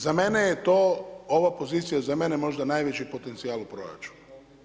Za mene je to ova pozicija, za mene možda najveći potencijal u proračunu.